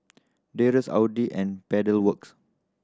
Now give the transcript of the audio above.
Dreyers Audi and Pedal Works